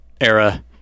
era